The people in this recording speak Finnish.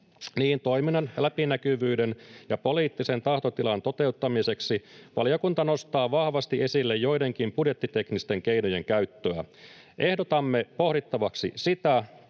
niin toiminnan läpinäkyvyyden ja poliittisen tahtotilan toteuttamiseksi valiokunta nostaa vahvasti esille joidenkin budjettiteknisten keinojen käyttöä. Ehdotamme pohdittavaksi sitä,